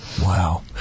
Wow